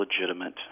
legitimate